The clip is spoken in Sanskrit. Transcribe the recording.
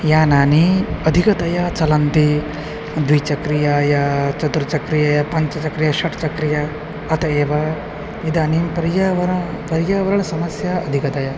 यानानि अधिकतया चलन्ति द्विचक्रिका चतुर्चक्रिका पञ्चचक्रिका षट् चक्रिका अत एव इदानीं पर्यावरणं पर्यावरणसमस्या अधिकतया